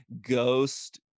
ghost